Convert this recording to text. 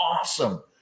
awesome